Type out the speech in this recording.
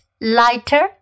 lighter